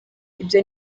ibyo